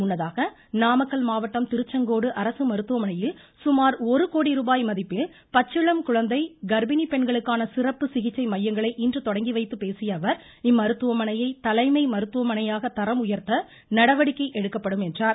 முன்னதாக நாமக்கல் மாவட்டம் திருச்செங்கோடு அரசு மருத்துவமனையில் ஒரு கோடி ரூபாய் மதிப்பில் பச்சிளம் குழந்தை கா்ப்பிணி பெண்களுக்கான சிறப்பு சிகிச்சை மையங்களை இன்று தொடங்கி வைத்துப் பேசிய அவர் இம்மருத்துவமனையை தலைமை மருத்துவமனையாக தரம் உயர்த்த நடவடிக்கை எடுக்கப்படும் என்றார்